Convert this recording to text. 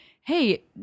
hey